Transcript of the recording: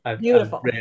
Beautiful